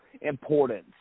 importance